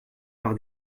par